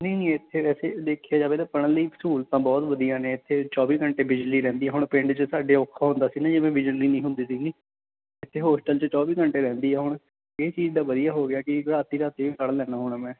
ਨਹੀਂ ਨਹੀਂ ਇੱਥੇ ਵੈਸੇ ਦੇਖਿਆ ਜਾਵੇ ਤਾਂ ਪੜ੍ਹਨ ਲਈ ਸਹੂਲਤਾਂ ਬਹੁਤ ਵਧੀਆ ਨੇ ਇੱਥੇ ਚੌਵੀ ਘੰਟੇ ਬਿਜਲੀ ਰਹਿੰਦੀ ਹੈ ਹੁਣ ਪਿੰਡ 'ਚ ਸਾਡੇ ਔਖਾ ਹੁੰਦਾ ਸੀ ਨਾ ਜਿਵੇਂ ਬਿਜਲੀ ਨਹੀਂ ਹੁੰਦੀ ਸੀਗੀ ਇੱਥੇ ਹੋਸਟਲ 'ਚ ਚੌਵੀ ਘੰਟੇ ਰਹਿੰਦੀ ਆ ਹੁਣ ਇਹ ਚੀਜ਼ ਦਾ ਵਧੀਆ ਹੋ ਗਿਆ ਕਿ ਰਾਤੀਂ ਰਾਤੀਂ ਵੀ ਪੜ੍ਹ ਲੈਂਦਾ ਹੁਣ ਮੈਂ